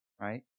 Right